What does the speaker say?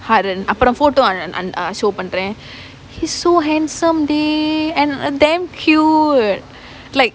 haran அப்புறம்:appuram photo show பண்றேன்:pandraen he's so handsome [deh] and err damn cute like